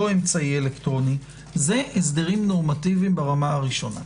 אלקטרוני זה הסדרים נורמטיביים ברמה הראשונה.